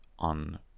on